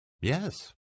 Yes